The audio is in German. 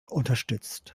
unterstützt